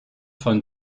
vom